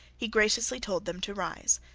he graciously told them to rise,